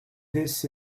this